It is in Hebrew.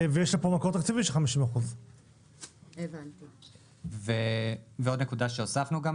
ויש לה פה מקור תקציבי של 50%. ועוד נקודה שהוספנו גם,